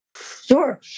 Sure